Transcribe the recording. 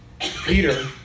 Peter